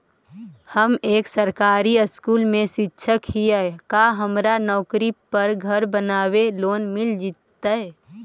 हम एक सरकारी स्कूल में शिक्षक हियै का हमरा नौकरी पर घर बनाबे लोन मिल जितै?